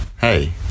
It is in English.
Hey